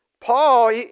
Paul